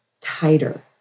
tighter